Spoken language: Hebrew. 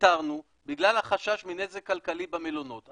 וויתרנו בגלל החשש מנזק כלכלי במלונות.